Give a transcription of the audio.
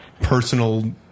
personal